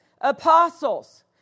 apostles